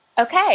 Okay